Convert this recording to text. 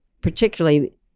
particularly